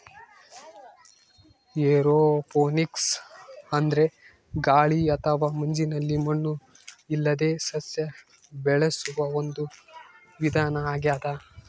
aeroponics ಅಂದ್ರೆ ಗಾಳಿ ಅಥವಾ ಮಂಜಿನಲ್ಲಿ ಮಣ್ಣು ಇಲ್ಲದೇ ಸಸ್ಯ ಬೆಳೆಸುವ ಒಂದು ವಿಧಾನ ಆಗ್ಯಾದ